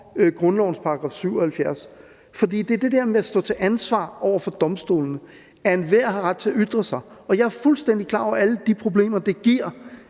grundlovens § 77, for det er det der med at stå til ansvar over for domstolene, altså at enhver har ret til at ytre sig. Og jeg er fuldstændig klar over alle de problemer, det giver,